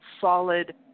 solid